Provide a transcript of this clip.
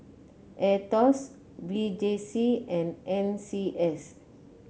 Aetos V J C and N C S